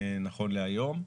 נכון להיום.